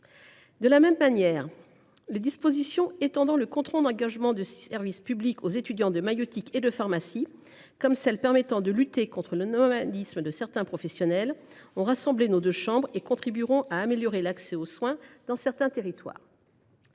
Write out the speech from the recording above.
De la même manière, les dispositions étendant le contrat d’engagement de service public (CESP) aux étudiants de maïeutique et de pharmacie, comme celles qui permettent de lutter contre le nomadisme de certains professionnels, ont rassemblé nos deux chambres et contribueront à améliorer l’accès aux soins dans certains territoires.